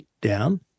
down